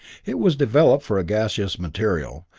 it was developed for gaseous material,